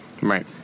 Right